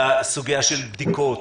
בסוגיה של בדיקות,